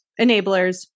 Enablers